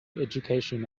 education